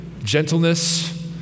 Gentleness